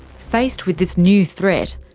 faced with this new threat,